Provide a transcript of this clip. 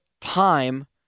time